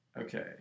Okay